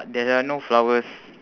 there are no flowers